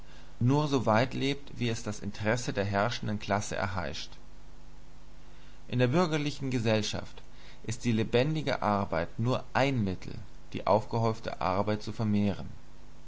nur so weit lebt wie es das interesse der herrschenden klasse erheischt in der bürgerlichen gesellschaft ist die lebendige arbeit nur ein mittel die aufgehäufte arbeit zu vermehren